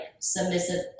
submissive